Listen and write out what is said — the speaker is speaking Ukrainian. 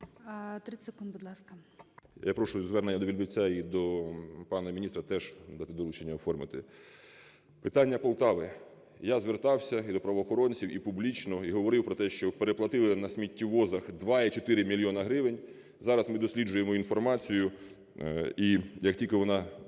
…я прошу звернення до Вельбівця і до пана міністра теж дати доручення оформити. Питання Полтави. Я звертався і до правоохоронців, і публічно, і говорив про те, що переплатили на сміттєвозах 2,4 мільйони гривень. Зараз ми досліджуємо інформацію, і як тільки вона,